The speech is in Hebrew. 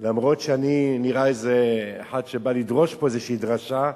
אומנם אני נראה איזה אחד שבא לדרוש פה איזה דרשה,